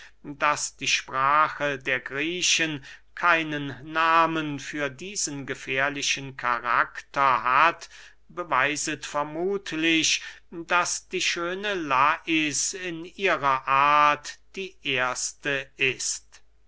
daß die sprache der griechen keinen nahmen für diesen gefährlichen karakter hat beweiset vermuthlich daß die schöne lais in ihrer art die erste ist